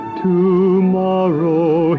tomorrow